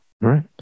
right